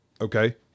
Okay